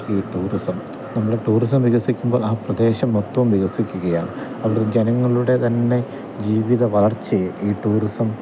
ഈ ടൂറിസം നമ്മൾ ടൂറിസം വികസിക്കുമ്പോൾ ആ പ്രദേശം മൊത്തവും വികസിക്കുകയാണ് അവിടത്തെ ജനങ്ങളുടെതന്നെ ജീവിത വളർച്ചയെ ഈ ടൂറിസം